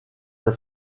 her